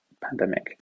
pandemic